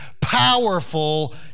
powerful